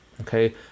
okay